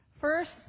First